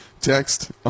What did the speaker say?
Text